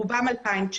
רובם ב-2019.